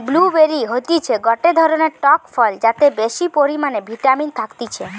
blue বেরি হতিছে গটে ধরণের টক ফল যাতে বেশি পরিমানে ভিটামিন থাকতিছে